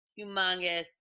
humongous